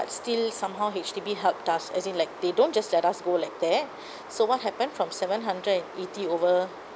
still somehow H_D_B helped us as in like they don't just let us go like that so what happened from seven hundred and eighty over